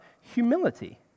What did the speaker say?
humility